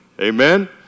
Amen